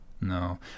No